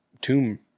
tomb